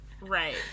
right